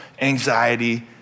anxiety